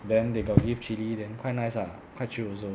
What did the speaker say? then they got give chilli then quite nice ah quite chill also